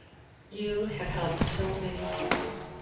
you have helped so many people.